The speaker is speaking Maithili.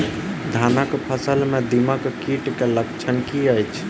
धानक फसल मे दीमक कीट केँ लक्षण की अछि?